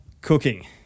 cooking